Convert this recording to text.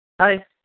Hi